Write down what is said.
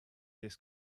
this